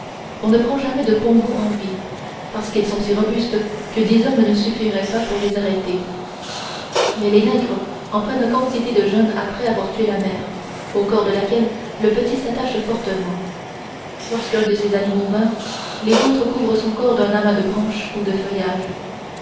on ne prend jamais de pongos en vie parce qu'ils sont si robustes que dix hommes ne suffiraient pas pour les arrêter mais les nègres en prennent quantité de jeunes après avoir tué la mère au corps de laquelle le petit s'attache fortement lorsqu'un de ces animaux meurt les autres couvrent son corps d'un amas de branches ou de feuillages